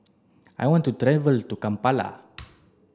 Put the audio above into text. I want to travel to Kampala